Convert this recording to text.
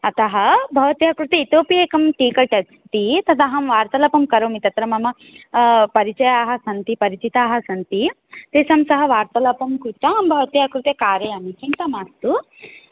अतः भवत्याः कृते इतोपि एकं टिकेट् अस्ति तदहं वार्तालापं करोमि तत्र मम परिचयाः सन्ति परिचिताः सन्ति तेषां सह वार्तालापं कृत्वा अहं भवत्याः कृते कारयामि चिन्ता मास्तु